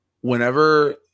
Whenever